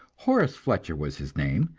horace fletcher was his name,